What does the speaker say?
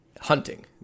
hunting